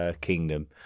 kingdom